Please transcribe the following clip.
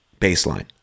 baseline